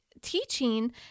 teaching